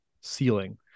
ceiling